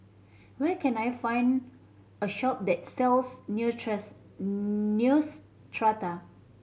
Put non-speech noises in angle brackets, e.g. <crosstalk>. where can I find a shop that sells <unintelligible> Neostrata